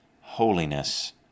holiness